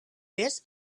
this